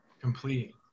complete